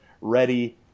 Ready